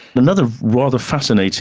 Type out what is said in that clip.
another rather fascinating